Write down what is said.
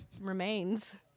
remains